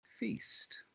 Feast